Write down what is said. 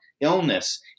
illness